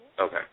Okay